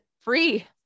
free